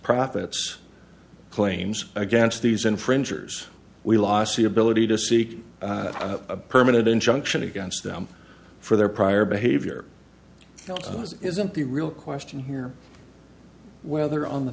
profits claims against these infringers we lost the ability to seek a permanent injunction against them for their prior behavior because it isn't the real question here whether on the